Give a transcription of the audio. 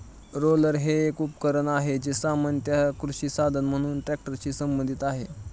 roller हे एक उपकरण आहे, जे सामान्यत कृषी साधन म्हणून ट्रॅक्टरशी संबंधित आहे